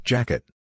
Jacket